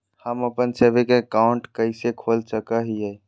हम अप्पन saving account कइसे खोल सको हियै?